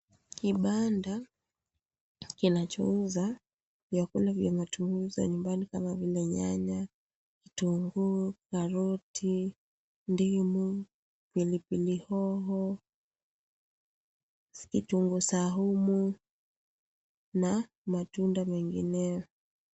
Kibanda kinachouza vyakula vya matumizi za nyumbani kama vile nyanya, kitunguu, karoti, ndimu, pilipilihoho, kitunguu saumu na matunda mengineyo.